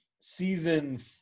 season